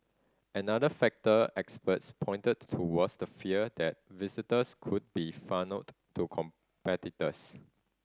another factor experts pointed to was the fear that visitors could be funnelled to competitors